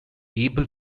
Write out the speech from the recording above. able